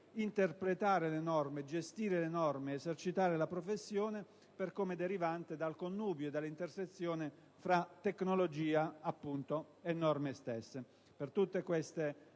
interpretare, gestire le norme ed esercitare la professione come derivante dal connubio e dall'intersezione fra tecnologia, appunto, e norme stesse. Per tutte queste